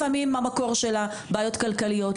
לפעמים המקור שלה הוא בבעיות כלכליות,